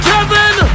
Kevin